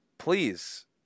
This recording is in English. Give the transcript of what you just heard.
Please